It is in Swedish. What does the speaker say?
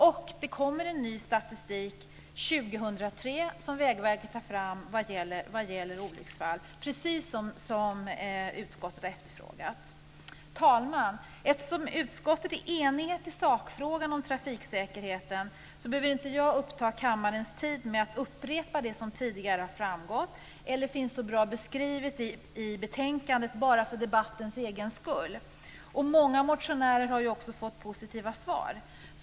Och det kommer en ny statistik 2003 som Vägverket tar fram vad gäller olycksfall, precis som utskottet har efterfrågat. Fru talman! Eftersom utskottet är enigt i sakfrågan om trafiksäkerheten behöver inte jag uppta kammarens tid med att upprepa det som tidigare har framgått eller finns så bra beskrivet i betänkandet bara för debattens egen skull. Många motionärer har också fått positiva svar.